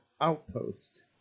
outpost